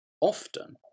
often